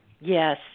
yes